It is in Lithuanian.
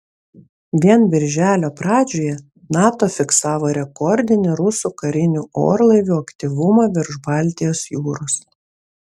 vien birželio pradžioje nato fiksavo rekordinį rusų karinių orlaivių aktyvumą virš baltijos jūros